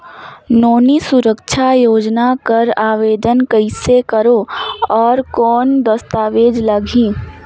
नोनी सुरक्षा योजना कर आवेदन कइसे करो? और कौन दस्तावेज लगही?